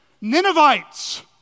Ninevites